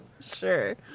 Sure